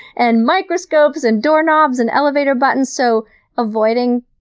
and microscopes, and doorknobs, and elevator buttons! so avoiding